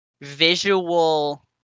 visual